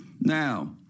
Now